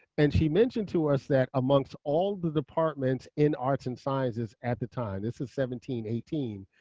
and she mentioned to us that amongst all the departments in arts and sciences at the time, this is seventeen eighteen,